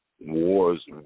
wars